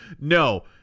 No